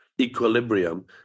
equilibrium